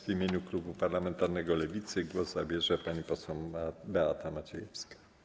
W imieniu klubu parlamentarnego Lewicy głos zabierze pani poseł Beata Maciejewska.